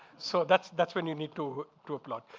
so that's that's when you need to to applaud.